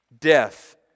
Death